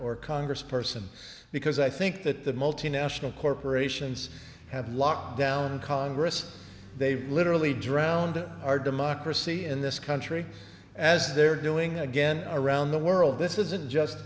or congress person because i think that the multinational corporations have locked down congress they've literally drowned our democracy in this country as they're doing again around the world this isn't just